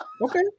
Okay